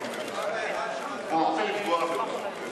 אני לא רוצה לפגוע בך.